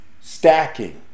stacking